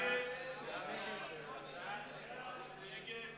המשרד לקליטת